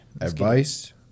Advice